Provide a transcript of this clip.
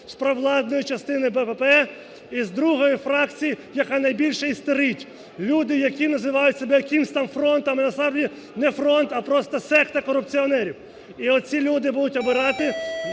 з провладної частини БПП і з другої фракції, яка найбільше істерить. Люди, які називають себе якимсь там "фронтом", є насправді не фронт, а просто секта корупціонерів. І оці люди будуть обирати